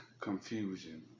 confusion